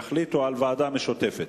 יחליטו על ועדה משותפת.